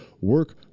work